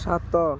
ସାତ